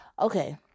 okay